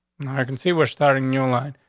i i can see we're starting new lives.